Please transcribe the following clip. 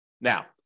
Now